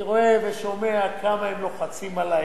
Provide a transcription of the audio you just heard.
אני רואה ושומע כמה הם לוחצים עלי